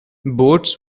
boats